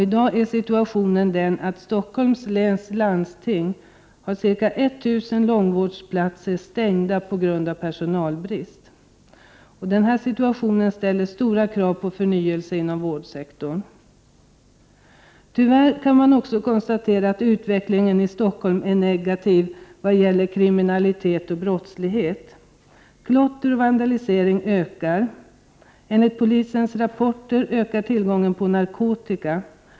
I dag har Stockholms läns landsting ca 1 000 långvårdsplatser stängda på grund av personalbrist, Denna situation ställer stora krav på förnyelse inom vårdsektorn. Tyvärr kan man också konstatera att utvecklingen i Stockholm är negativ, nämligen såvitt gäller kriminalitet och brottslighet. Klotter och vandalisering ökar. Enligt polisens rapporter ökar narkotikatillgången.